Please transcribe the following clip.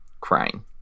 crying